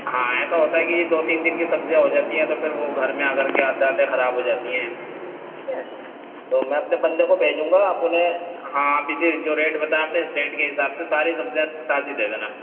ہاں ایسا ہوتا ہے کہ دو تین دن کی سبزیاں ہو جاتی ہیں تو پھر وہ گھر میں آ کر کے آتے آتے خراب ہو جاتی ہیں ٹھیک ہے تو میں اپنے بندے کو بھیجوں گا آپ انہیں ہاں آپ اسی جو ریٹ بتایا آپ نے اس ریٹ کے حساب سے ساری سبزیاں تازی دے دینا